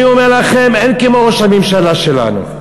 אני אומר לכם, אין כמו ראש הממשלה שלנו.